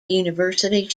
university